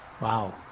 Wow